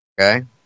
Okay